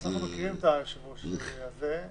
אנחנו מכירים את היושב-ראש הזה.